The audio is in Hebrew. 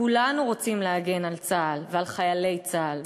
כולנו רוצים להגן על צה"ל ועל חיילי צה"ל,